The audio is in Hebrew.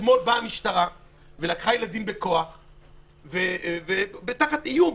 אתמול באה המשטרה ולקחה ילדים בכוח תחת איום.